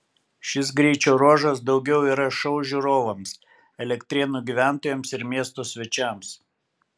šis greičio ruožas daugiau yra šou žiūrovams elektrėnų gyventojams ir miesto svečiams